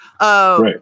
Right